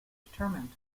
determined